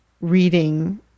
reading